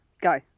go